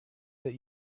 that